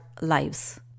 lives